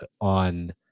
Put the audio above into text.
on